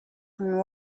and